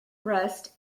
rust